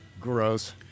Gross